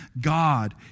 God